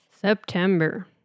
September